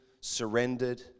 surrendered